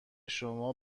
شما